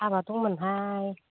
हाबा दंमोन हाय